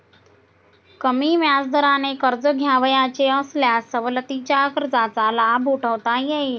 कमी व्याजदराने कर्ज घ्यावयाचे असल्यास सवलतीच्या कर्जाचा लाभ उठवता येईल